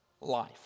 life